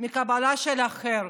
מקבלה של האחר.